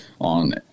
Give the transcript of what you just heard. on